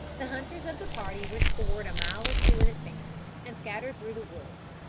the hunters of the party went forward a mile or two in advance, and scattered through the woods.